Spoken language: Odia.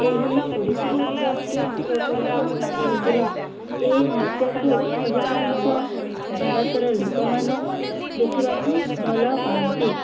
ଏହି ଓଡ଼ିଶୀ ନୃତ୍ୟ ପ୍ରଚଳନ ହୋଇଥିଲା ଏହି ନୃତ୍ୟକୁ ଅଧିକାଂଶ ଭାରତର ଲୋକମାନେ ଦେଖିବାକୁ ଭଲ ପାଆନ୍ତି